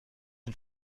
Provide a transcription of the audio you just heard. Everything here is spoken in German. den